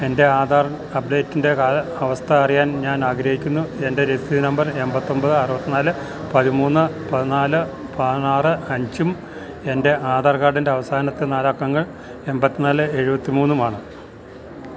എൻ്റെ ആധാർ അപ്ഡേറ്റിൻ്റെ കാലാ അവസ്ഥ അറിയാൻ ഞാൻ ആഗ്രഹിക്കുന്നു എൻ്റെ രസീത് നമ്പർ എൺപത്തൊൻപത് അറുപത്തിനാല് പതിമൂന്ന് പതിനാല് പതിനാറ് അഞ്ചും എൻ്റെ ആധാർ കാർഡിൻ്റെ അവസാനത്തെ നാലക്കങ്ങൾ എൺപത്തി നാല് എഴുപത്തി മൂന്നും ആണ്